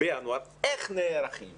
ואף אחד לא מנסה לחשוב איך נערכים